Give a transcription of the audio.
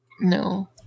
No